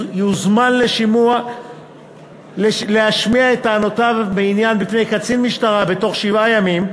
יוזמן להשמיע את טענותיו בעניין בפני קצין משטרה בתוך שבעה ימים.